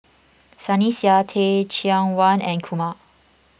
Sunny Sia Teh Cheang Wan and Kumar